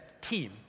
team